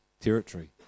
territory